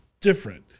different